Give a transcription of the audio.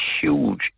huge